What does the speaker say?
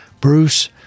Bruce